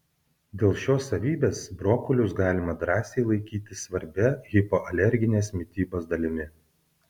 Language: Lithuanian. dėl šios savybės brokolius galima drąsiai laikyti svarbia hipoalerginės mitybos dalimi